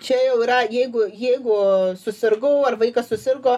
čia jau yra jeigu jeigu susirgau ar vaikas susirgo